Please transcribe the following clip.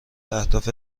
اهداف